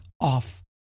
off